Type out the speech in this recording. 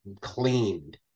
cleaned